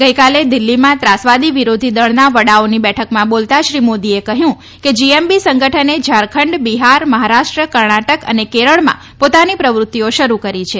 ગઇકાલે દિલ્ફીમાં ત્રાસવાદી વિરોધી દળના વડાઓની બેઠકમાં બોલતા શ્રી મોદીએ કહ્યું કે જીએમબી સંગઠને ઝારખંડ બિહાર મહારાષ્ટ્ર કર્ણાટક અને કેરળમાં પોતાની પ્રવૃત્તિઓ શરૂ કરી છે